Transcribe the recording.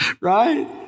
Right